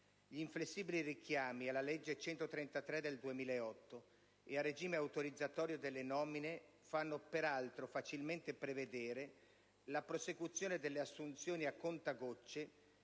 Gli inflessibili richiami alla legge n. 133 del 2008 e al regime autorizzatorio delle nomine fanno peraltro facilmente prevedere la prosecuzione delle assunzioni a contagocce